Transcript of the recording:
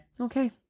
Okay